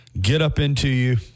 get-up-into-you